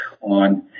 on